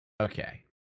okay